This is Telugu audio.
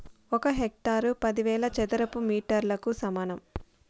ఒక హెక్టారు పదివేల చదరపు మీటర్లకు సమానం